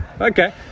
okay